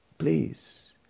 please